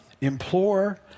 implore